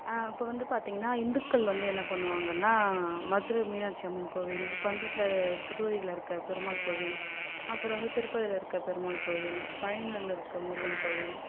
இப்போது வந்து பார்த்தீங்கன்னா இந்துக்கள் வந்து என்ன பண்ணுவாங்கன்னா மதுரை மீனாட்சி அம்மன் கோவில் பண்ரூட்டியில் திருவையூரில் இருக்கிற பெருமாள் கோவில் அப்புறம் வந்து திருப்பதியில் இருக்க பெருமாள் கோவில் பழனியில் இருக்க முருகன் கோவில்